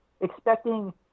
Expecting